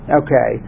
okay